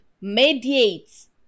mediates